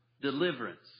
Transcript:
deliverance